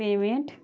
payment